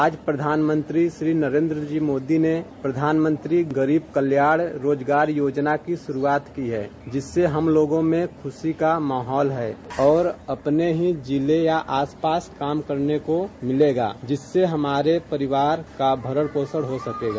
आज प्रधानमंत्री श्री नरेन्द्र मोदी जी ने प्रधानमंत्री गरीब कल्याण रोजगार योजना की शुरूआत की जिससे हम लोगों में खुशी का माहौल है और अपने ही जिले या आसपास काम करने को मिलेगा जिससे हमारे परिवार का भरण पोषण हो सकेगा